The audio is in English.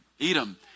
Edom